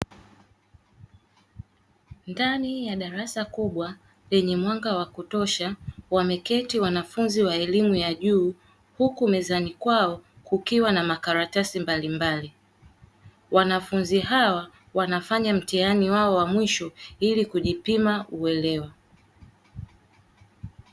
Ndani ya darasa kubwa lenye mwanga wa kutosha wameketi wanafunzi wa elimu ya juu huku mezani kwao kukiwa na makaratasi mbalimbali. Wanafunzi hawa wanafanya mtihani wao wa mwisho ili kujipima uelewa.